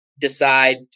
decide